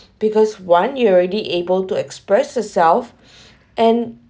because one year already able to express herself and